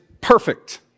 perfect